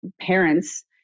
parents